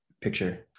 picture